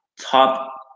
top